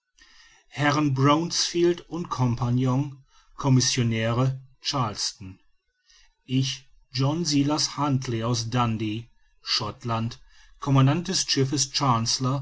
herren bronsfield u co commissionäre charleston ich john silas huntly aus dundee schottland commandant des schiffes